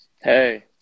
hey